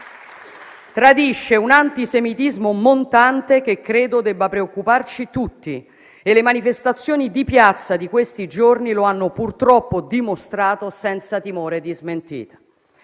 Tradisce un antisemitismo montante, che credo debba preoccuparci tutti e le manifestazioni di piazza di questi giorni lo hanno purtroppo dimostrato senza timore di smentita.